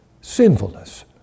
sinfulness